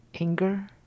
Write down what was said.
anger